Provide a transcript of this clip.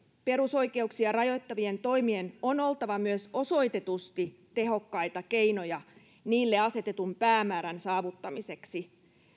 perusoikeuksia rajoittavien toimien on oltava myös osoitetusti tehokkaita keinoja niille asetetun päämäärän saavuttamiseksi